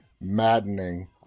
Maddening